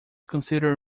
considered